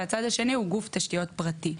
והצד השני הוא גוף תשתיות פרטי.